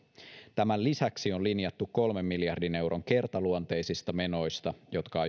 tämän lisäksi on linjattu kolmen miljardin euron kertaluonteisista menoista jotka